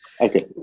Okay